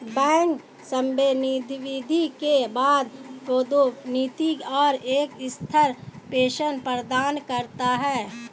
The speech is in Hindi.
बैंक सेवानिवृत्ति के बाद पदोन्नति और एक स्थिर पेंशन प्रदान करता है